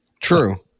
True